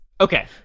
Okay